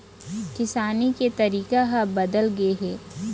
किसानी के तरीका ह बदल गे हे